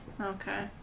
Okay